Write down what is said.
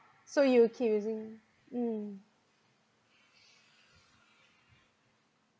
so you keep using mm